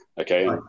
okay